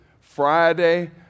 Friday